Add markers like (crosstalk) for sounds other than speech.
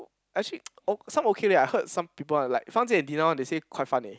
actually (noise) o~ some okay leh I heard some people are like Fang-Jie and Dina one they say quite fun eh